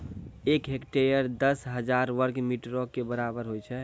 एक हेक्टेयर, दस हजार वर्ग मीटरो के बराबर होय छै